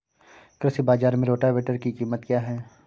कृषि बाजार में रोटावेटर की कीमत क्या है?